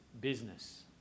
business